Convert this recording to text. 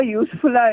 useful